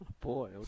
Boy